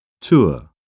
Tour